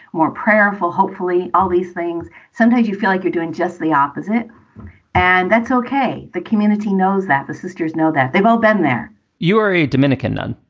more prayerful. hopefully all these things sometimes you feel like you're doing just the opposite and that's ok. the community knows that. the sisters know that they've all been there you a dominican nun.